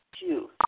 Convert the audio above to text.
Two